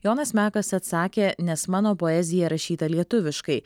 jonas mekas atsakė nes mano poezija rašyta lietuviškai